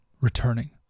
returning